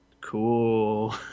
cool